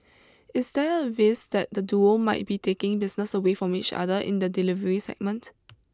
is there a risk that the duo might be taking business away from each other in the delivery segment